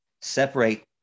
separate